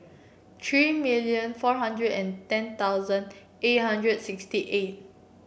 three million four hundred and ten thousand eight hundred sixty eight